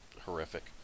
horrific